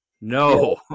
no